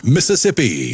Mississippi